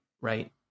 right